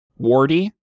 Wardy